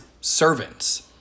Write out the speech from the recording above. servants